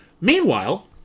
Meanwhile